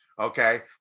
Okay